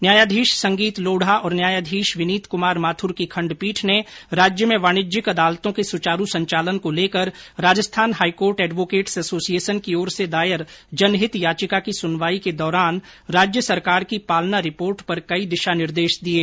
न्यायाधीश संगीत लोढ़ा और न्यायाधीश विनीत क्मार माथुर की खंडपीठ ने राज्य में वाणिज्यिक अदालतों के सुचारू संचालन को लेकर राजस्थान हाईकोर्ट एडवोकेट्स एसोसिएशन की ओर से दायर जनहित याचिका की सुनवाई के दौरान राज्य सरकार की पालना रिपोर्ट पर कई दिशा निर्देश दिये